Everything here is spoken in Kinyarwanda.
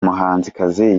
muhanzikazi